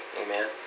amen